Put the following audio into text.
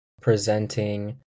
presenting